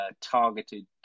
targeted